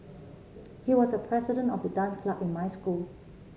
he was the president of the dance club in my school